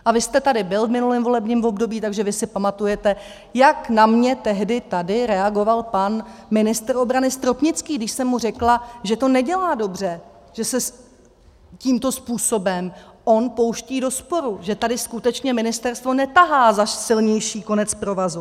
A vy jste tady byl v minulém volebním období, takže vy si pamatujete, jak na mě tehdy tady reagoval pan ministr obrany Stropnický, když jsem mu řekla, že to nedělá dobře, že se tímto způsobem on pouští do sporu, že tady skutečně ministerstvo netahá za silnější konec provazu.